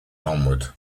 onward